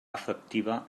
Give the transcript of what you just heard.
efectiva